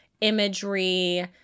imagery